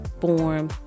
form